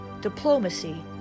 diplomacy